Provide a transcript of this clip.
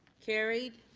carried.